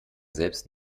selbst